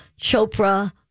Chopra